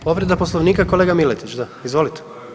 Povreda Poslovnika kolega Miletić da, izvolite.